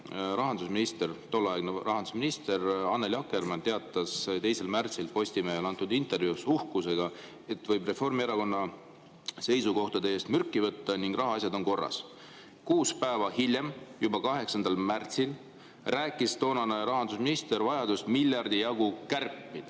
valimiste eel tolleaegne rahandusminister Annely Akkermann teatas 2. märtsil Postimehele antud intervjuus, uhkusega, et võib Reformierakonna seisukohtade eest mürki võtta ja rahaasjad on korras. Kuus päeva hiljem, juba 8. märtsil rääkis toonane rahandusminister vajadusest miljardi jagu kärpida.